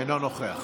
אינו נוכח